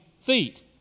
feet